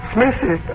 Smithy